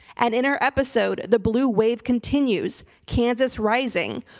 and in our episode the blue wave continues, kansas rising,